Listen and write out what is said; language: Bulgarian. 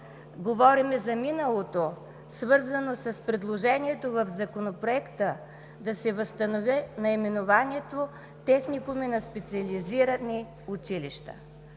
Говорим за миналото, свързано с предложението в Законопроекта да се възстанови наименованието – техникуми на специализирани училища.